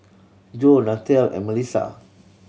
Joe Nathalie and Melisa